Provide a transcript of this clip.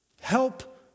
Help